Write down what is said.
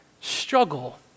struggle